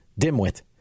dimwit